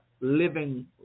living